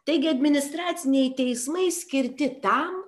taigi administraciniai teismai skirti tam